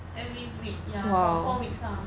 every week ya for four weeks lah